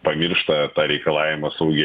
pamiršta tą reikalavimą saugiai